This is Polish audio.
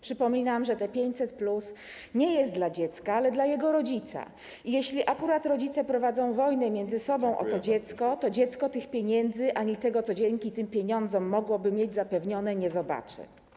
Przypominam, że 500+ jest nie dla dziecka, ale dla jego rodzica i jeśli akurat rodzice prowadzą wojnę między sobą o dziecko, to dziecko tych pieniędzy ani tego, co dzięki tym pieniądzom mogłoby mieć zapewnione, nie zobaczy.